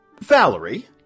Valerie